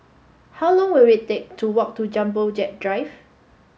how long will it take to walk to Jumbo Jet Drive